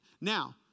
Now